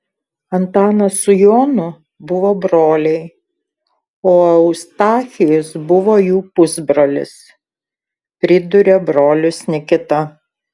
antanas su jonu buvo broliai o eustachijus buvo jų pusbrolis priduria brolis nikita